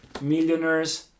millionaires